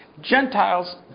Gentiles